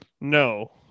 No